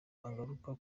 ugaruka